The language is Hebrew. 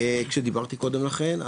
כשדיברתי קודם לכן,